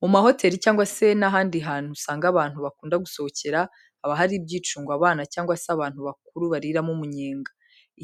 Mu mahoteli cyangwa se n'ahandi hantu usanga abantu bakunda gusohokera, haba hari ibyicungo abana cyangwa se abantu bakuru bariramo umunyenga.